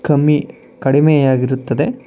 ಕಮ್ಮಿ ಕಡಿಮೆಯಾಗಿರುತ್ತದೆ